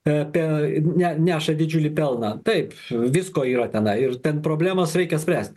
pepe neša didžiulį pelną taip visko yra tenai ir ten problemas reikia spręsti